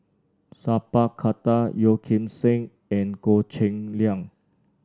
Sat Pal Khattar Yeo Kim Seng and Goh Cheng Liang